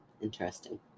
Interesting